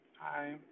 Hi